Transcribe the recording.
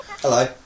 Hello